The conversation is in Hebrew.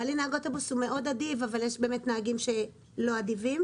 בעלי הוא נהג אוטובוס והוא מאוד אדיב אבל נכון שיש נהגים שהם לא אדיבים.